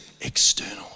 external